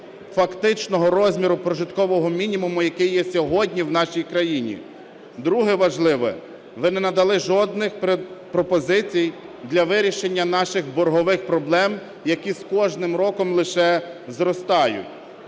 фактичного розміру прожиткового мінімуму, який є сьогодні в нашій країні. Друге, важливе: ви не надали жодних пропозицій для вирішення наших боргових проблем, які з кожним роком лише зростають.